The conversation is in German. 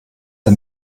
der